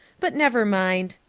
but never mind.